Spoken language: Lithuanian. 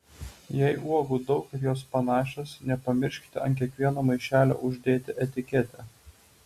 jei uogų daug ir jos panašios nepamirškite ant kiekvieno maišelio uždėti etiketę